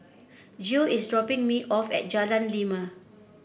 Geo is dropping me off at Jalan Lima